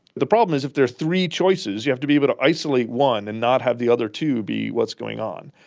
the problem is if there are three choices, you have to be able to isolate one and not have the other two be what's going on.